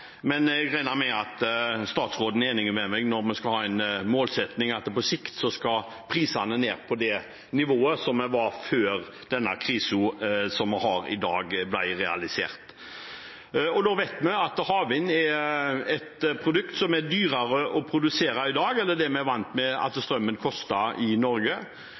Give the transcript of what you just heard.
men jeg regner med at statsråden er enig med meg om at vi skal ha en målsetting om at prisene på sikt skal ned på det nivået vi var på før denne krisen vi har i dag, ble realisert. Da vet vi at havvind er et produkt som er dyrere å produsere i dag enn det vi er vant til at strømmen koster i Norge.